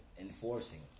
enforcing